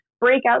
breakout